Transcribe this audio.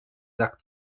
sack